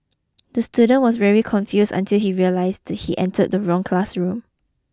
the student was very confused until he realised he entered the wrong classroom